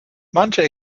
manche